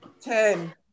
ten